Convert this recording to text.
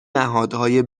نهادهای